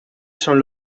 son